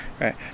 right